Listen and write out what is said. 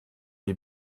die